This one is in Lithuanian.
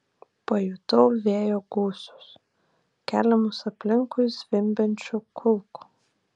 pajutau vėjo gūsius keliamus aplinkui zvimbiančių kulkų